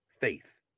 faith